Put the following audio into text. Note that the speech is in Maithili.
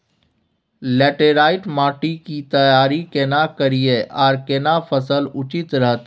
लैटेराईट माटी की तैयारी केना करिए आर केना फसल उचित रहते?